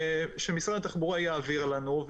שמשרד התחבורה יעביר לנו,